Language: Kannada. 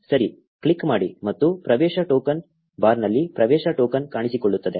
ಸರಿ ಕ್ಲಿಕ್ ಮಾಡಿ ಮತ್ತು ಪ್ರವೇಶ ಟೋಕನ್ ಬಾರ್ನಲ್ಲಿ ಪ್ರವೇಶ ಟೋಕನ್ ಕಾಣಿಸಿಕೊಳ್ಳುತ್ತದೆ